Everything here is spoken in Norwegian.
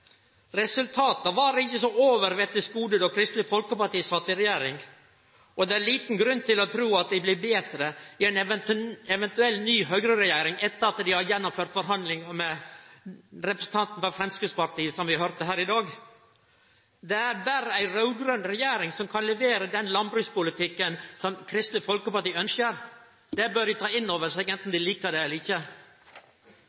Resultata var ikkje så overvettes gode då Kristeleg Folkeparti sat i regjering, og det er liten grunn til å tru at dei blir betre i ei eventuell ny høgreregjering etter at dei har gjennomført forhandlingar med representanten frå Framstegspartiet som vi høyrde her i dag. Det er berre ei raud-grøn regjering som kan levere den landbrukspolitikken som Kristeleg Folkeparti ønskjer. Det bør dei ta inn over seg,